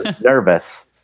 nervous